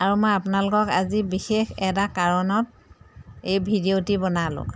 আৰু মই আপোনালোকক আজি বিশেষ এটা কাৰণত এই ভিডিঅ'টি বনালোঁ